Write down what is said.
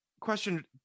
Question